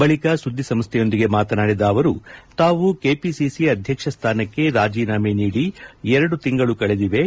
ಬಳಿಕ ಸುದ್ದಿಸಂಸ್ಟೆಯೊಂದಿಗೆ ಮಾತನಾಡಿದ ಅವರು ತಾವು ಕೆಪಿಸಿಸಿ ಅಧ್ಯಕ್ಷ ಸ್ವಾನಕ್ಕೆ ರಾಜೀನಾಮೆ ನೀಡಿ ಎರಡು ತಿಂಗಳು ಕಳೆದಿವೆ